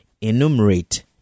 enumerate